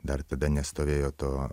dar tada nestovėjo to